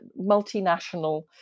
multinational